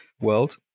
world